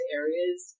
areas